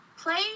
play